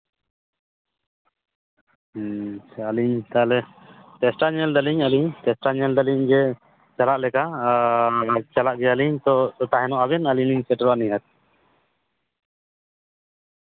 ᱟᱪᱪᱷᱟ ᱟᱹᱞᱤᱧ ᱛᱟᱦᱚᱞᱮ ᱪᱮᱥᱴᱟ ᱧᱮᱞ ᱫᱟᱹᱞᱤᱧ ᱟᱹᱞᱤᱧ ᱪᱮᱥᱴᱟ ᱧᱮᱞᱫᱟᱞᱤᱧ ᱡᱮ ᱪᱟᱞᱟᱜ ᱞᱮᱠᱟ ᱟᱨ ᱪᱟᱞᱟᱜ ᱜᱮᱭᱟᱞᱤᱧ ᱛᱚ ᱛᱟᱦᱮᱱᱚᱜᱼᱟ ᱵᱮᱱ ᱟᱞᱤᱧ ᱥᱮᱴᱮᱨᱚᱜ ᱟᱞᱤᱧ ᱦᱟᱸᱜ